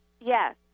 yes